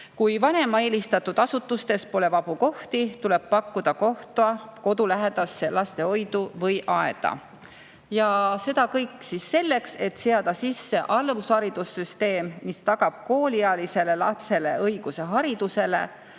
Kui vanema eelistatud asutustes pole vabu kohti, tuleb pakkuda kohta kodulähedasse lastehoidu või ‑aeda. Ja seda kõik selleks, et seada sisse alusharidussüsteem, mis tagab kooliealisele lapsele õiguse haridusele,